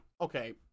Okay